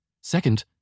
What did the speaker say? Second